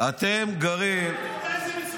--- מצוקת דיור.